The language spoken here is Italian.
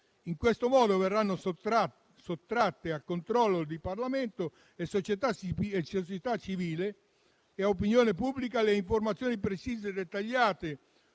In questo modo verranno sottratte al controllo di Parlamento, società civile e opinione pubblica le informazioni precise e dettagliate